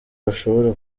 bashobora